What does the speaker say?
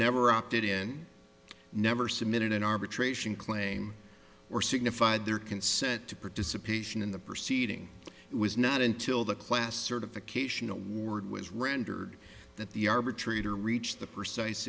never opted in never submitted an arbitration claim or signified their consent to participation in the proceeding it was not until the class certification award was rendered that the arbitrator reached the pre